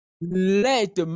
let